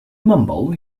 mumble